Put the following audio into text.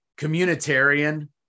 communitarian